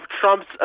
Trump's